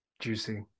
Juicy